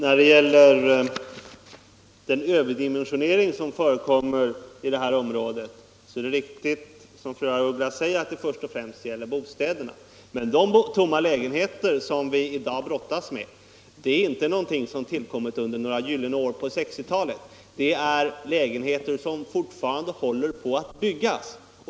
Fru talman! Beträffande den överdimensionering som förekommer i detta område är det riktigt som fru af Ugglas säger, att den först och främst gäller bostäderna. Men problemet med de tomma lägenheter som vi i dag brottas med är inte någonting som har tillkommit under några ”gyllene år på 1960-talet”, utan det är lägenheter som fortfarande håller på att byggas.